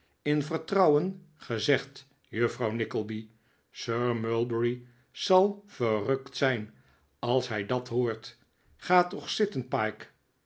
in vertrouwen gezegd juffrouw nickleby sir mulberry zal verrukt zijn als hij dat hoort ga toch zitten pyke